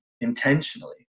intentionally